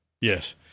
Yes